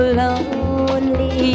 lonely